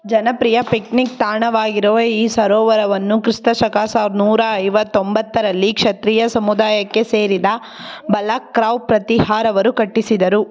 ಜನಪ್ರಿಯ ಪಿಕ್ನಿಕ್ ತಾಣವಾಗಿರುವ ಈ ಸರೋವರವನ್ನು ಕ್ರಿಸ್ತ ಶಕ ಸಾವಿರ್ದ ನೂರ ಐವತ್ತೊಂಬತ್ತರಲ್ಲಿ ಕ್ಷತ್ರಿಯ ಸಮುದಾಯಕ್ಕೆ ಸೇರಿದ ಬಲಕ್ ರಾವ್ ಪ್ರತಿಹಾರ್ ಅವರು ಕಟ್ಟಿಸಿದರು